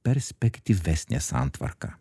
perspektyvesnė santvarka